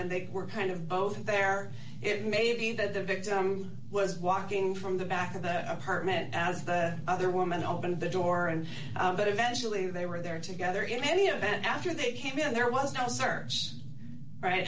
and they were kind of both there it may be that the victim was walking from the back of the apartment as the other woman opened the door and but eventually they were there together in any event after they came in there was a search right